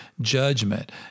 judgment